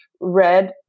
red